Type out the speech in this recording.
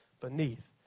beneath